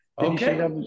Okay